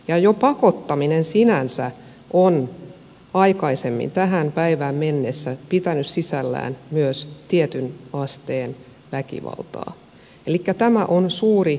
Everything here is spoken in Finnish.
ja jo pakottaminen sinänsä on aikaisemmin tähän päivään mennessä pitänyt sisällään myös tietyn asteen väkivaltaa elikkä tämä on suuri muutos